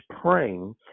praying